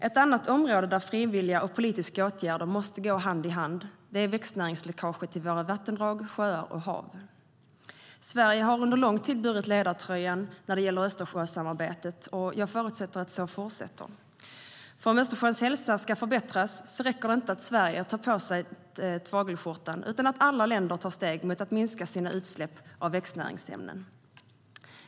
Ett annat område där frivilliga och politiska åtgärder måste gå hand i hand är växtnäringsläckaget till våra vattendrag, sjöar och hav. Sverige har under lång tid burit ledartröjan när det gäller Östersjösamarbetet, och jag förutsätter att det fortsätter så. Om Östersjöns hälsa ska förbättras räcker det dock inte att Sverige tar på sig tagelskjortan. Alla länder måste ta steg mot att minska sina utsläpp av växtnäringsämnen.